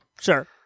Sure